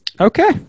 Okay